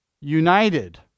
united